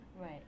Right